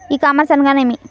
E commerce అనగా నేమి?